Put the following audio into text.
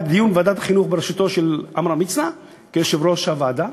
התקיים דיון בוועדת החינוך בראשותו של עמרם מצנע כיושב-ראש הוועדה,